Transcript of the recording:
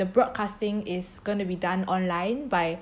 he broadcasting is going to be done online by